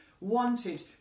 wanted